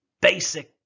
basic